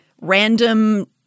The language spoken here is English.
random